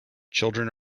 children